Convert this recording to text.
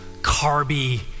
carby